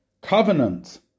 covenant